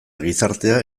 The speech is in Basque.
gizartea